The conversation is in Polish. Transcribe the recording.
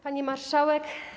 Pani Marszałek!